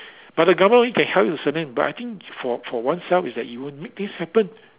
but the government only can help you with certain but I think for for oneself is that you will make things happens